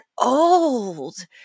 old